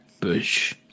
Bush